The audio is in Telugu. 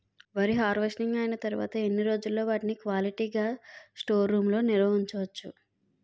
వరి హార్వెస్టింగ్ అయినా తరువత ఎన్ని రోజులు వాటిని క్వాలిటీ గ స్టోర్ రూమ్ లొ నిల్వ ఉంచ వచ్చు?